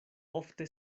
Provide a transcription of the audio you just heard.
ofte